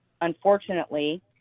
unfortunately